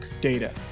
data